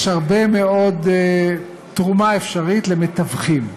יש תרומה אפשרית רבה מאוד למתווכים.